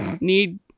need